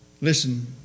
Listen